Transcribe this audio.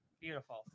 Beautiful